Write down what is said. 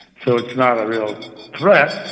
so it's not a real threat,